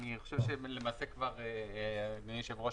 אני חושב שאדוני היושב ראש,